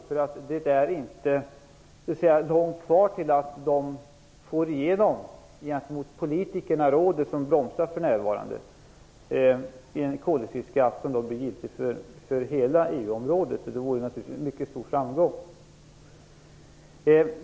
För det är inte långt kvar tills de gentemot politikerna - det är rådet som bromsar för närvarande - får igenom en koloxidskatt som då blir giltig för hela EU området. Det vore naturligtvis en mycket stor framgång.